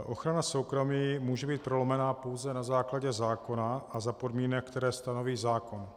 Ochrana soukromí může být prolomena pouze na základě zákona a za podmínek, které stanoví zákon.